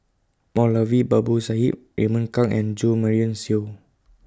Moulavi Babu Sahib Raymond Kang and Jo Marion Seow